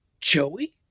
Joey